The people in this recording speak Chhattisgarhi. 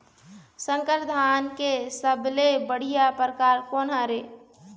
संकर धान के सबले बढ़िया परकार कोन हर ये?